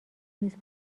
نیست